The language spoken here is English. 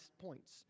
points